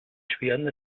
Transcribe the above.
schweren